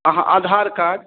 अहाँ आधार कार्ड